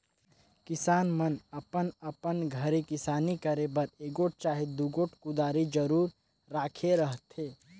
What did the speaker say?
किसान मन अपन अपन घरे किसानी करे बर एगोट चहे दुगोट कुदारी जरूर राखे रहथे